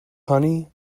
honey